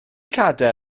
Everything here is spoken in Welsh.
cadair